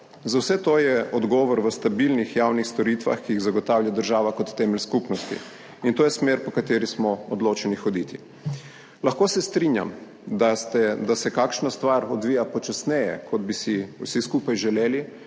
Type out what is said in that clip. Za vse to je odgovor v stabilnih javnih storitvah, ki jih zagotavlja država kot temelj skupnosti. In to je smer, po kateri smo odločeni hoditi. Lahko se strinjam, da se kakšna stvar odvija počasneje, kot bi si vsi skupaj želeli,